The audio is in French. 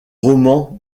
romans